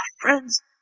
friends